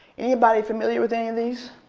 anybody familiar with any of these?